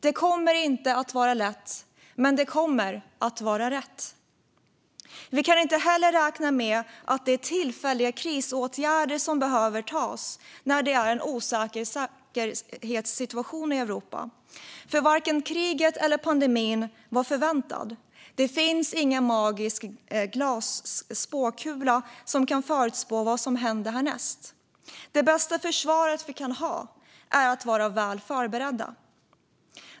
Det kommer inte att vara lätt, men det kommer att vara rätt. Vi kan inte heller räkna med att det är tillfälliga krisåtgärder som behöver vidtas när det är en osäker säkerhetssituation i Europa, för varken kriget eller pandemin var förväntade. Det finns ingen magisk spåkula som kan förutspå vad som händer härnäst. Det bästa försvaret vi kan ha är att vara väl förberedda.